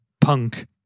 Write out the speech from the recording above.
punk